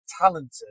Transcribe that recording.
talented